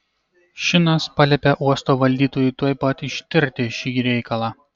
šinas paliepė uosto valdytojui tuoj pat ištirti šį reikalą